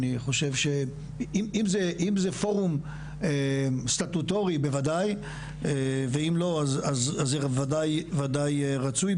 אני חושב שאם זה פורום סטטוטורי בוודאי ואם לא אז בוודאי רצוי,